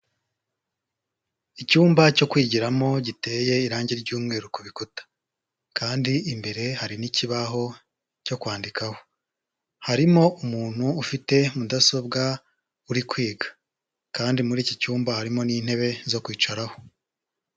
Icyumba cyo kwigiramo giteye irange ry'umweru ku bikuta, kandi imbere hari n'ikibaho cyo kwandikaho, harimo umuntu ufite mudasobwa uri kwiga, kandi muri iki cyumba harimo n'intebe zo kwicaraho.